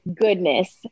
goodness